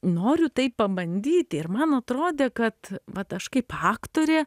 noriu tai pabandyti ir man atrodė kad vat aš kaip aktorė